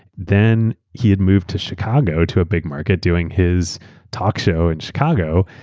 then he had moved to chicago to a big market doing his talk show in chicago.